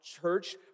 church